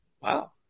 wow